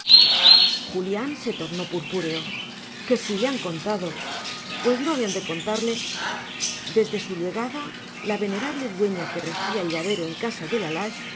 julián se tornó purpúreo que si le habían contado pues no habían de contarle desde su llegada la venerable dueña que regía el llavero en casa de la lage